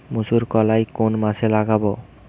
মুসুর কলাই কোন মাসে লাগাব?